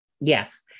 Yes